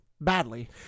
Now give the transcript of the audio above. badly